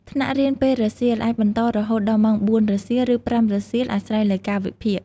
ថ្នាក់រៀនពេលរសៀលអាចបន្តរហូតដល់ម៉ោង ៤ រសៀល ឬ ៥ រសៀល អាស្រ័យលើកាលវិភាគ។